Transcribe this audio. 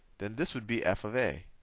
then this would be f of a